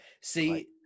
See